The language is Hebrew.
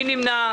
מי נמנע?